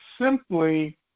simply